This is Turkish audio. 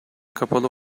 kapalı